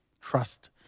trust